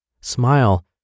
Smile